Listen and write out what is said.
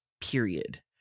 period